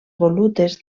volutes